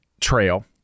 trail